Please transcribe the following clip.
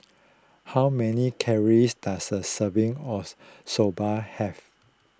how many calories does a serving of Soba have